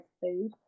food